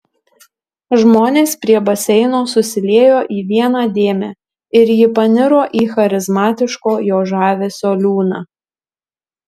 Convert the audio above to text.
žmonės prie baseino susiliejo į vieną dėmę ir ji paniro į charizmatiško jo žavesio liūną